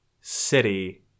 city